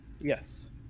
Yes